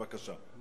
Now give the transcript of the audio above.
בבקשה.